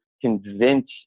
convince